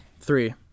Three